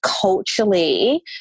culturally